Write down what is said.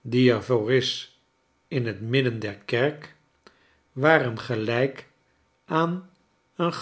die er voor is in het midden der kerk waren gelijk aan een